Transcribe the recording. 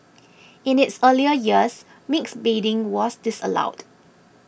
in its earlier years mixed bathing was disallowed